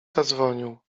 zadzwonił